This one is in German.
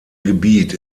gebiet